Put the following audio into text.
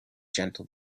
gentle